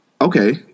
Okay